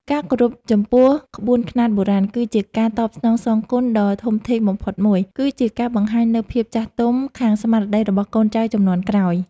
ការគោរពចំពោះក្បួនខ្នាតបុរាណ គឺជាការតបស្នងសងគុណដ៏ធំធេងបំផុតមួយ ឬជាការបង្ហាញនូវភាពចាស់ទុំខាងស្មារតីរបស់កូនចៅជំនាន់ក្រោយ។